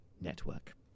network